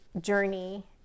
journey